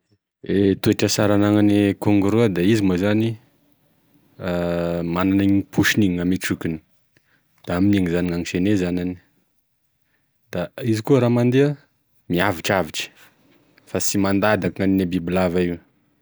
E toetra sara anagnan'e kangoroa da izy moa zany managna an'igny paosiny igny gname trokiny, da amigny gnagniseny e zanany, da izy koa raha mandeha miavotravotry fa tsy mandady akô gnanin'e biby lava io.